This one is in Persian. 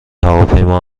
هواپیما